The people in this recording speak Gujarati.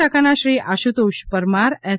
શાખાના શ્રી આશુતોષ પરમાર એસ